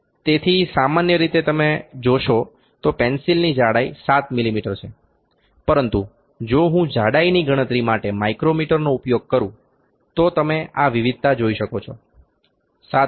તેથી સામાન્ય રીતે જો તમે જોશો તો પેન્સિલની જાડાઈ 7 મીમી છે પરંતુ જો હું જાડાઇની ગણતરી માટે માઇક્રોમીટરનો ઉપયોગ કરું તો તમે આ વિવિધતા જોઈ શકો છો 7